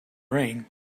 rain